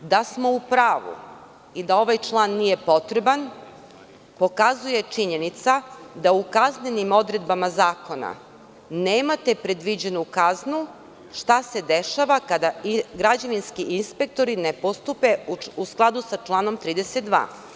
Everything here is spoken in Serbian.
Da smo u pravu i da ovaj član nije potreban, pokazuje i činjenica da u kaznenim odredbama Zakona nemate predviđenu kaznu šta se dešava kada građevinski inspektori ne postupe u skladu sa članom 32.